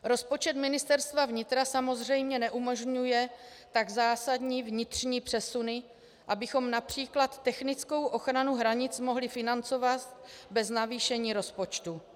Rozpočet Ministerstva vnitra samozřejmě neumožňuje tak zásadní vnitřní přesuny, abychom např. technickou ochranu hranic mohli financovat bez navýšení rozpočtu.